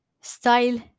style